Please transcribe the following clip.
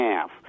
half